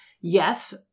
Yes